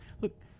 Look